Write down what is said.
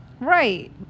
Right